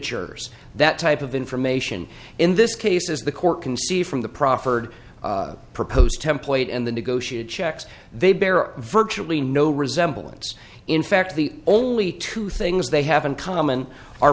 signatures that type of information in this case is the court can see from the proffered proposed template and the negotiated checks they bear virtually no resemblance in fact the only two things they have in common are